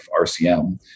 RCM